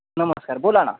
नमस्कार बोला ना